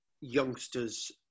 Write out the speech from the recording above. youngsters